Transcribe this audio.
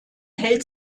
hält